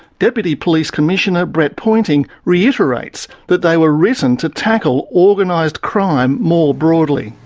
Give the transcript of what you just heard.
deputy police commissioner brett pointing reiterates that they were written to tackle organised crime more broadly.